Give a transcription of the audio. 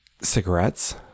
cigarettes